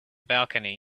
balcony